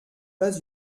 pas